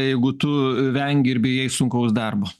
jeigu tu vengi ir bijai sunkaus darbo